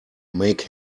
make